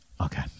Okay